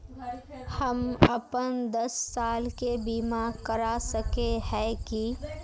हम अपन दस साल के बीमा करा सके है की?